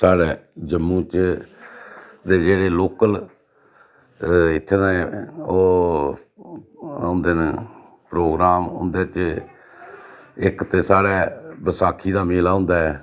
साढ़ै जम्मू च जेह्ड़े लोकल इत्थें दे ओह् होंदे न प्रोग्राम उं'दे च इक ते साढ़ै बसाखी दा मेला होंदा ऐ